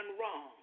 wrong